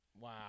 Wow